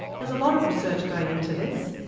there's a lot of research going into this,